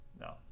No